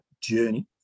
journey